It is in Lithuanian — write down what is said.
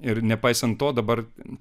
ir nepaisant to dabar